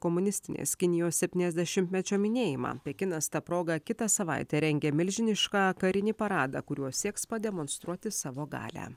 komunistinės kinijos septyniasdešimtmečio minėjimą pekinas ta proga kitą savaitę rengia milžinišką karinį paradą kuriuo sieks pademonstruoti savo galią